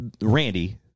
randy